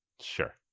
Sure